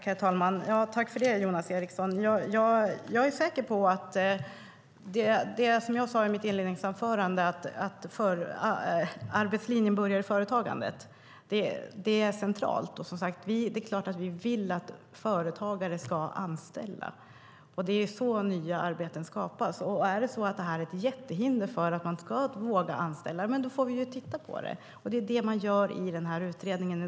Herr talman! Det jag sade i mitt inledningsanförande om att arbetslinjen börjar i företagandet är centralt. Det är klart att vi vill att företagare ska anställa. Det är så nya arbeten skapas. Är detta ett hinder för att man ska våga anställa får vi titta på det, och det görs i utredningen.